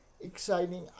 exciting